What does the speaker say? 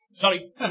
Sorry